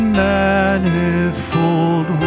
manifold